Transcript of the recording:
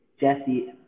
Jesse